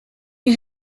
you